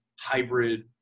hybrid